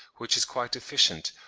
which is quite deficient,